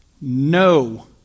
No